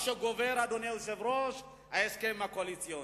מה שגובר, אדוני היושב-ראש, זה ההסכם הקואליציוני.